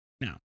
Now